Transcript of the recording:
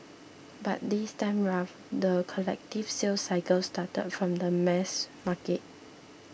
but this time around the collective sales cycle started from the mass market